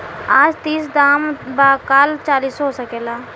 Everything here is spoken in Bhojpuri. आज तीस दाम बा काल चालीसो हो सकेला